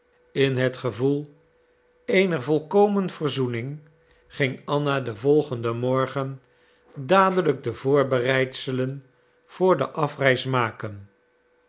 in het gevoel eener volkomen verzoening ging anna den volgenden morgen dadelijk de voorbereidselen voor de afreis maken